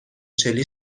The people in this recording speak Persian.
چلی